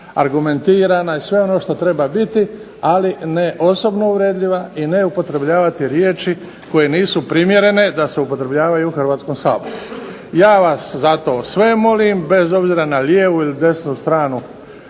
argumentirana i sve ono što treba biti, ali ne osobno uvredljiva i ne upotrebljavati riječi koje nisu primjerene da se upotrebljavaju u Hrvatskom saboru. Ja vas zato sve molim bez obzira na desnu ili lijevu stranu